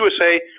USA